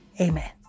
Amen